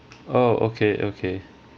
oh okay okay